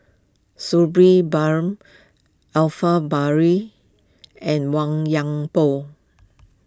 Sabri Buang Alfred and Huang